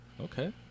Okay